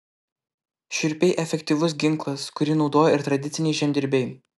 šiurpiai efektyvus ginklas kurį naudojo ir tradiciniai žemdirbiai